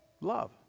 Love